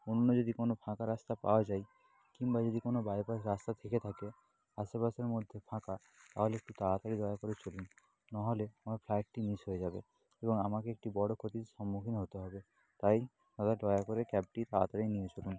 অন্য যদি কোনও ফাঁকা রাস্তা পাওয়া যায় কিংবা যদি কোনও বাইপাস রাস্তা থেকে থাকে আশেপাশের মধ্যে ফাঁকা তাহলে একটু তাড়াতাড়ি দয়া করে চলুন নাহলে আমার ফ্লাইটটি মিস হয়ে যাবে এবং আমাকে একটি বড় ক্ষতির সম্মুখীন হতে হবে তাই দাদা দয়া করে ক্যাবটি তাড়াতাড়ি নিয়ে চলুন